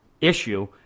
issue